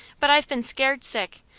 but i've been scared sick.